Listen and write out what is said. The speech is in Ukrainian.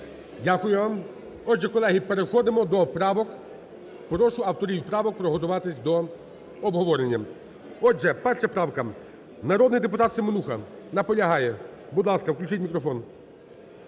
Дякую вам. Отже, колеги, переходимо до правок. Прошу авторів правок приготуватися до обговорення. Отже, 1-а правка. Народний депутат Семенуха. Наполягає. Будь ласка, включіть мікрофон.